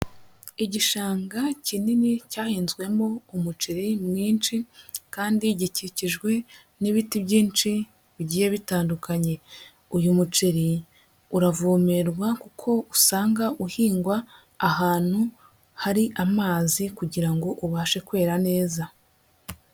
Igishanga kinini cyahinzwemo umuceri mwinshi kandi gikikijwe n'ibiti byinshi bigiye bitandukanye, uyu muceri, uravomerwa kuko usanga uhingwa ahantu hari amazi kugirango ubashe kwera neza.